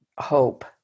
hope